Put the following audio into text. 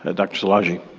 ah dr. szilagyi.